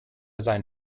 sein